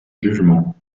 jugement